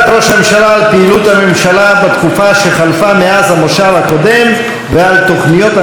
בתקופה שחלפה מאז המושב הקודם ועל תוכניות הממשלה למושב הקרוב.